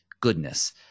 goodness